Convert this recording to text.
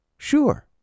Sure